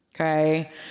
Okay